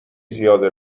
زیاده